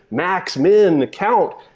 max, min, account.